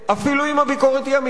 אפילו אם הביקורת היא אמיתית?